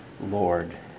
Lord